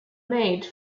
made